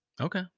Okay